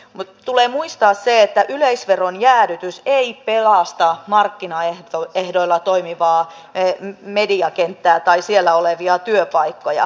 mutta tulee muistaa se että yle veron jäädytys ei pelasta markkinaehdoilla toimivaa mediakenttää tai siellä olevia työpaikkoja